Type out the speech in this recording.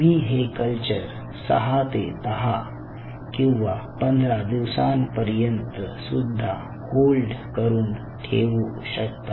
तुम्ही हे कल्चर सहा ते दहा किंवा पंधरा दिवसांपर्यंत सुद्धा होल्ड करून ठेवू शकता